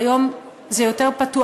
והיום זה יותר פתוח,